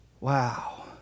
Wow